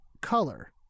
color